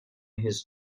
his